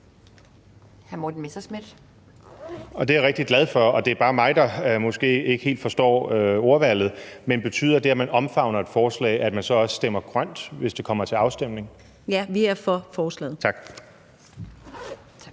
Morten Messerschmidt (DF): Og det er jeg rigtig glad for. Det er bare mig, der måske ikke helt forstår ordvalget: Betyder dét, at man omfavner et forslag, at man så også stemmer grønt, hvis det kommer til afstemning? Kl. 12:26 Katarina